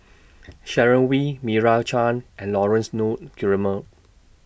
Sharon Wee Meira Chand and Laurence Nunns Guillemard